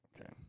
okay